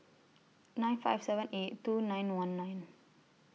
nine five seven eight two nine one nine